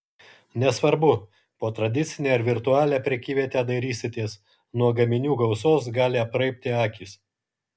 nesvarbu po tradicinę ar virtualią prekyvietę dairysitės nuo gaminių gausos gali apraibti akys